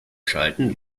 schalten